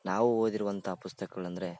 ನಾವು ಓದಿರುವಂಥ ಪುಸ್ತಕಗಳಂದರೆ